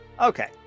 okay